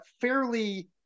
fairly